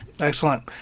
Excellent